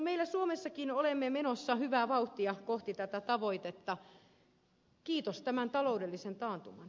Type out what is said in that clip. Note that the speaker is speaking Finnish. meillä suomessakin ollaan menossa hyvää vauhtia kohti tätä tavoitetta kiitos tämän taloudellisen taantuman